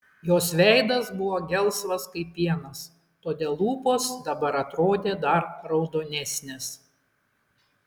jos veidas buvo gelsvas kaip pienas todėl lūpos dabar atrodė dar raudonesnės